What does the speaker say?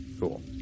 Cool